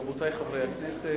רבותי חברי הכנסת,